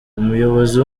umuyobozi